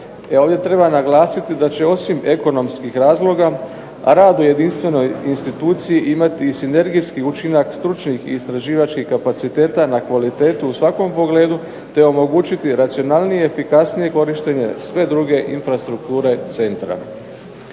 Ovdje treba naglasiti da će osim ekonomskih razloga rad u jedinstvenoj instituciji imati sinergijski učinak stručnih istraživačkih kapaciteta na kvalitetu u svakom pogledu te omogućiti racionalnije i efikasnije korištenje sve druge infrastrukture centra.